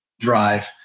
drive